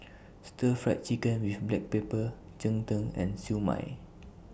Stir Fry Chicken with Black Pepper Cheng Tng and Siew Mai